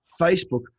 Facebook